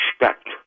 respect